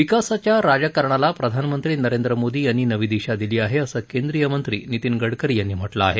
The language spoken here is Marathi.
विकासाच्या राजकारणाला प्रधानमंत्री नरेंद्र मोदी यांनी नवी दिशा दिली आहे असं केंद्रीय मंत्री नितीन गडकरी यांनी म्हटलं आहे